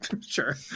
Sure